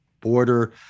border